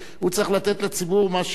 הוא צריך לתת לציבור מה,